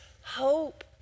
hope